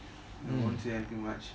you know won't say anything much